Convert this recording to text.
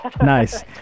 Nice